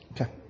Okay